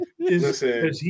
Listen